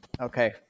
Okay